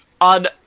on